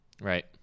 right